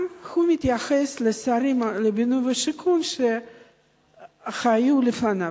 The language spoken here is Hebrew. הוא גם מתייחס לשרי הבינוי והשיכון שהיו לפניו.